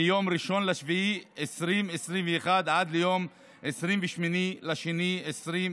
מיום 1 ביולי 2021 עד ליום 28 בפברואר 2022,